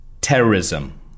Terrorism